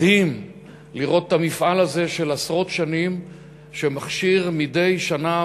מדהים לראות את המפעל הזה של עשרות שנים שמכשיר מדי שנה,